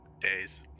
Days